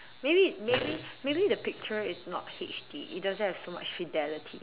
maybe maybe maybe the picture is not H_D it doesn't have so much fidelity